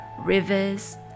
rivers